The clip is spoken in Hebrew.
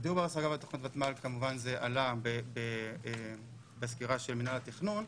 דיור בר השגה בתוכניות הוותמ"ל כמובן שזה עלה בסקירה של מינהל התכנון,